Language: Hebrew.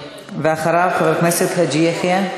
אחריו, חבר הכנסת חאג' יחיא.